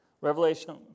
Revelation